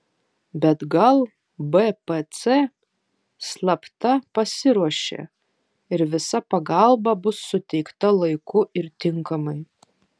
bet gal bpc slapta pasiruošė ir visa pagalba bus suteikta laiku ir tinkamai